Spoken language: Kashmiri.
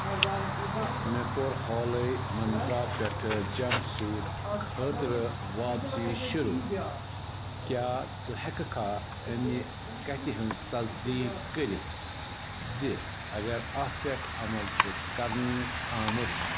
مےٚ کوٚر حالٕے منترا پٮ۪ٹھٕ جمپ سوٗٹ خٲطرٕ واپسی شروٗع کیٛاہ ژٕ ہیٚککھا اَمہِ کتھِ ہِنٛز تصدیٖق کٔرِتھ زِ اگر اَتھ پٮ۪ٹھ عمل چھِ کرنہٕ آمُت